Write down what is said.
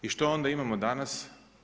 I što onda imamo danas?